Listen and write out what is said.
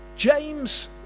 James